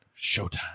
Showtime